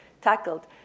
tackled